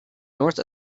north